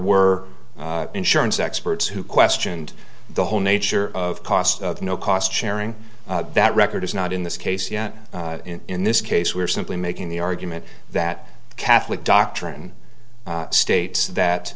were insurance experts who questioned the whole nature of cost of no cost sharing that record is not in this case yet in this case we are simply making the argument that catholic doctrine states that